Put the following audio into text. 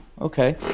okay